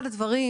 אחד הדברים